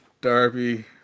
Darby